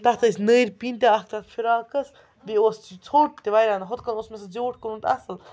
تَتھ ٲسۍ نٔرۍ پیٖنٛتیٛاہ اَکھ تَتھ فراقَس بیٚیہِ اوس ژھوٚٹ تہِ واریاہ نہ ہُتھ کٔنۍ اوس مےٚ سُہ زیوٗٹھ کوٚرمُت اَصٕل